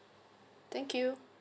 thank you